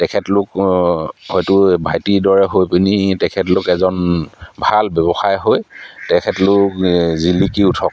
তেখেতলোক হয়তো ভাইটিৰ দৰে হৈ পিনি তেখেতলোক এজন ভাল ব্যৱসায় হৈ তেখেতলোক এই জিলিকি উঠক